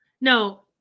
No